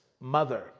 mother